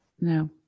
no